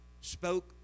spoke